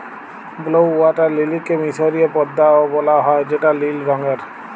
blue water লিলিকে মিসরীয় পদ্দা ও বলা হ্যয় যেটা লিল রঙের